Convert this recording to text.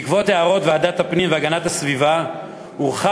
בעקבות הערות ועדת הפנים והגנת הסביבה הורחב